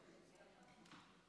תודה, גברתי.